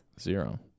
Zero